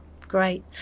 great